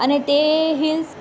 અને તે હિલ્સ